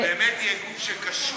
זה יהיה באמת גוף שמקשיב לאזרחים,